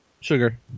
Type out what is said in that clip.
Sugar